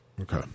okay